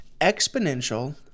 exponential